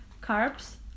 carbs